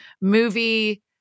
movie